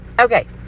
Okay